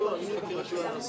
אבל אתה מתחמק מהשאלה.